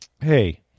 hey